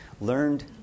Learned